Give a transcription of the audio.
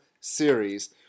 series